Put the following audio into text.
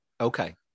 Okay